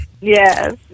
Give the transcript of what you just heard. Yes